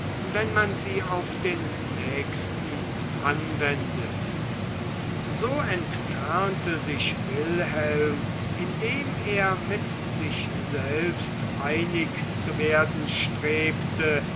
wenn man sie auf den nächsten anwendet so entfernte sich wilhelm indem er mit sich selbst einig zu werden strebte